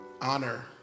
honor